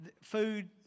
food